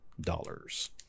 dollars